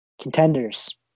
contenders